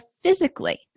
physically